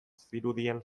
zirudien